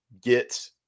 get –